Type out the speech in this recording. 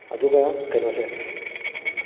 ꯑꯗꯨꯒ ꯀꯩꯅꯣꯁꯦ